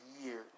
years